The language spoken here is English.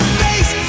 face